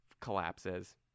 collapses